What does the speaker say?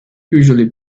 usually